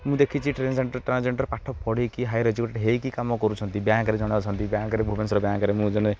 ମୁଁ ଦେଖିଛି ଟ୍ରେନ୍ସେଣ୍ଟ ଟ୍ରାନ୍ସଜେଣ୍ଡର ପାଠ ପଢ଼ିକି ହାୟର ଏଜୁକେଟଡ଼ ହେଇକି କାମ କରୁଛନ୍ତି ବ୍ୟାଙ୍କରେ ଜଣେ ଅଛନ୍ତି ବ୍ୟାଙ୍କରେ ଭୁବନେଶ୍ୱର ବ୍ୟାଙ୍କରେ ମୁଁ ଜଣେ